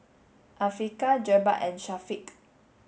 Afiqah Jebat and Syafiq